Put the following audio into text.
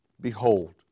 behold